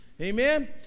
amen